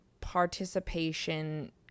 participation